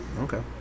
Okay